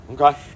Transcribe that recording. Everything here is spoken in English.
Okay